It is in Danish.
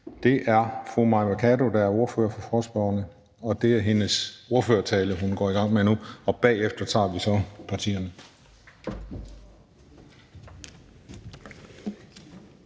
er fru Mai Mercado, der er ordfører for forespørgerne. Det er hendes ordførertale, hun går i gang med nu, og bagefter tager vi så partierne.